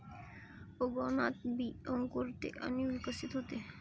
उगवणात बी अंकुरते आणि विकसित होते